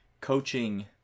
coaching